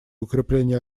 укрепления